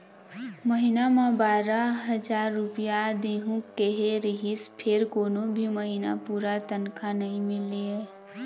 महिना म बारा हजार रूपिया देहूं केहे रिहिस फेर कोनो भी महिना पूरा तनखा नइ मिलय